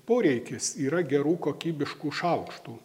poreikis yra gerų kokybiškų šaukštų